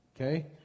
Okay